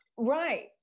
Right